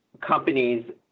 companies